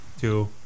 Two